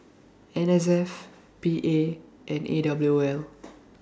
N S F P A and A W O L